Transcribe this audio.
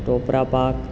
ટોપરા પાક